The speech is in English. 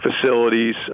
facilities